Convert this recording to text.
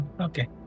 Okay